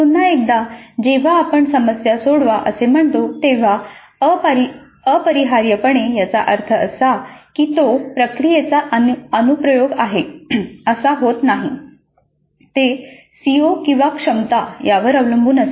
पुन्हा एकदा जेव्हा आपण समस्या सोडवा असे म्हणतो तेव्हा अपरिहार्यपणे याचा अर्थ असा की तो प्रक्रियेचा अनुप्रयोग आहे असा होत नाही ते सीओ क्षमता यावर अवलंबून असते